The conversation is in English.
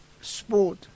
sport